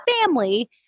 family